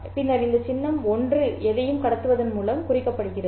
பின்னர் இந்த சின்னம் 1 எதையும் கடத்துவதன் மூலம் குறிக்கப்படும்